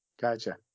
Gotcha